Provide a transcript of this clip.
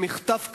במחטף כזה,